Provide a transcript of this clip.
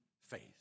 faith